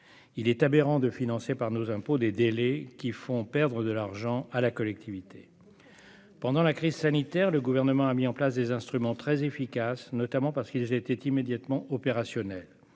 Il est aberrant de financer par nos impôts des délais qui font perdre de l'argent à la collectivité. Pendant la crise sanitaire, le Gouvernement a mis en place des instruments très efficaces, notamment parce qu'ils étaient immédiatement opérationnels.